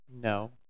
No